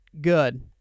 good